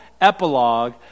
epilogue